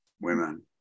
women